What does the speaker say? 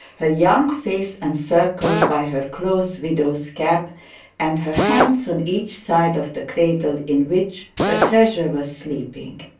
her young face encircled by her close widow's cap and her hands on each side of the cradle in which her treasure was sleeping.